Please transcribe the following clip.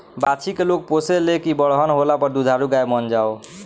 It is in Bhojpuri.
बाछी के लोग पोसे ले की बरहन होला पर दुधारू गाय बन जाओ